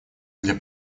для